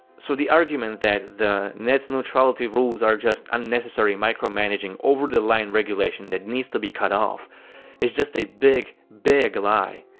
so the argument that the net neutrality rules are just unnecessary micro-managing over the line regulation that needs to be cut off is just a big big lie.